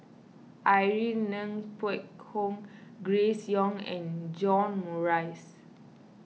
Irene Ng Phek Hoong Grace Young and John Morrice